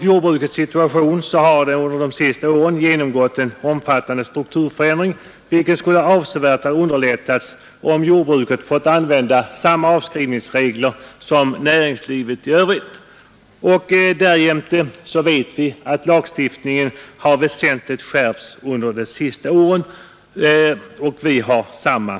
Jordbruket har under de sista åren genomgått en omfattande strukturförändring, vilken avsevärt skulle ha underlättats om jordbruket fått använda samma avskrivningsregler som näringslivet i övrigt. Därjämte vet vi att lagstiftningen genom Nr 114 miljöskyddslagen har skärpts medan avskrivningsreglerna varit oförändra Onsdagen den de.